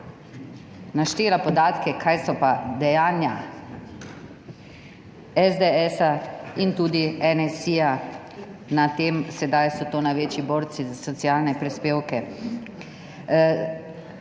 naštela podatke, kaj so pa dejanja SDS in tudi NSi na tem, sedaj so to največji borci za socialne prispevke.